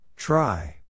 Try